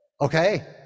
okay